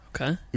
okay